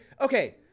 okay